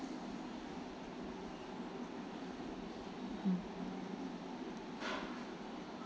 mm